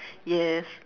yes